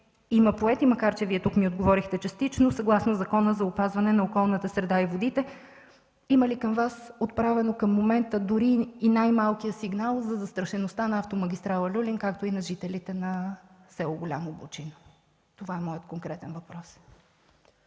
има поети, макар че Вие тук ни отговорихте частично, съгласно Закона за опазване на околната среда и водите? Има ли към Вас отправен към момента дори и най-малкия сигнал за застрашеността на автомагистрала „Люлин”, както и жителите на село Голямо Бучино? Това са моите конкретни въпроси.